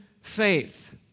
faith